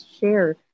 share